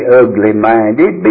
ugly-minded